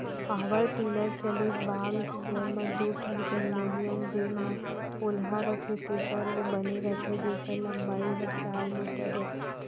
power tiller चलित बाग स्पेयर म दू ठन एलमोनियम जेन ह पोलहा रथे तेकर ले बने रथे जेकर लंबाई हर चार मीटर रथे